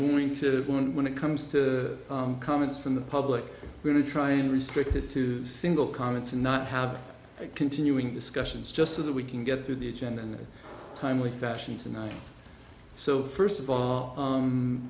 going to want when it comes to comments from the public really try and restrict it to single comments and not have continuing discussions just of that we can get through the agenda and timely fashion tonight so first of all